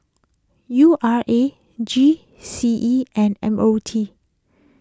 U R A G C E and M O T